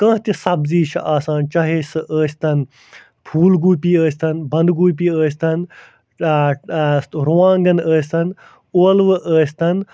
کانٛہہ تہِ سبزی چھِ آسان چاہے سُہ ٲسۍتن پھوٗل گوٗپی ٲسۍتن بنٛد گوٗپی ٲسۍتن رُوانٛگن ٲسۍتن اولوٕ ٲسۍتن